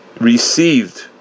received